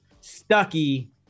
Stucky